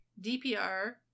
DPR